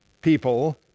people